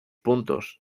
puntos